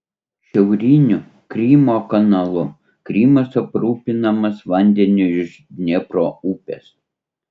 šiauriniu krymo kanalu krymas aprūpinamas vandeniu iš dniepro upės